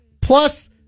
Plus